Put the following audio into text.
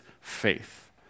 faith